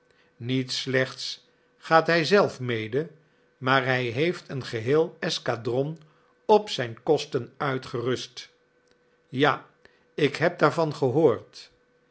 niet slechts gaat hij zelf mede maar hij heeft een geheel escadron op zijn kosten uitgerust ja ik heb daarvan gehoord